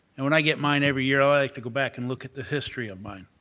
and when i get mine every year, i like to go back and look at the history of mine,